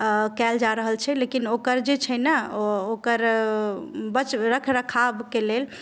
कयल जा रहल छै लेकिन ओकर जे छै न ओकर वच रखरखावक लेल